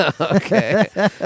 Okay